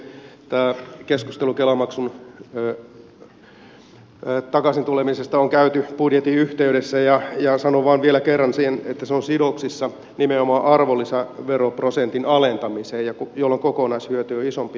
tämä keskustelu kela maksun takaisin tulemisesta on käyty budjetin yhteydessä ja sanon vain vielä kerran sen että se on sidoksissa nimenomaan arvonlisäveroprosentin alentamiseen jolloin kokonaishyöty on isompi